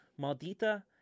Maldita